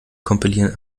kompilieren